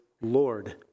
Lord